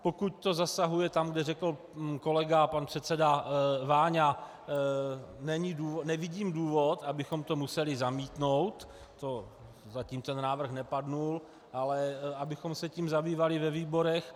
Pokud to zasahuje tam, kde řekl kolega pan předseda Váňa, nevidím důvod, abychom to museli zamítnout, zatím ten návrh nepadl, ale abychom se tím zabývali ve výborech.